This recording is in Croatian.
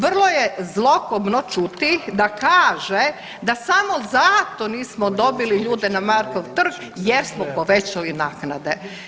Vrlo je zlokobno čuti da kaže da samo zato nismo dobili ljude na Markov trg jer smo povećali naknade.